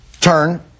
turn